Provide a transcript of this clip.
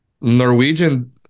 Norwegian